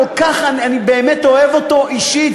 אני באמת כל כך אוהב אותו אישית,